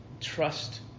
Trust